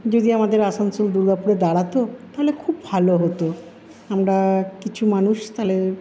যদি আমাদের আসানসোল দূর্গাপুরে দাঁড়াতো তাহলে খুব ভালো হত আমরা কিছু মানুষ তাহলে